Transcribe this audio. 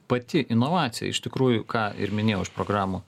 pati inovacija iš tikrųjų ką ir minėjau iš programų